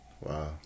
Wow